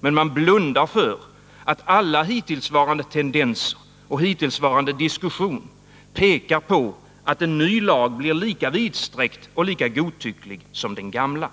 Men man blundar för att alla hittillsvarande tendenser och hittillsvarande diskussion pekar på att en ny lag blir lika vidsträckt och lika godtycklig som den gamla.